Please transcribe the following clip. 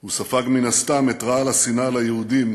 הוא ספג מן הסתם את רעל השנאה ליהודים